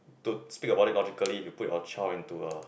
to speak about it logically you put your child into a